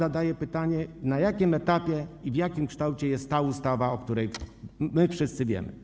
Zadaję pytanie: Na jakim etapie i w jakim kształcie jest ta ustawa, o której wszyscy wiemy?